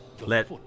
let